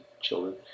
children